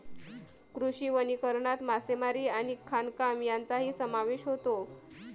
कृषी वनीकरणात मासेमारी आणि खाणकाम यांचाही समावेश होतो